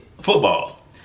football